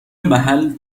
محل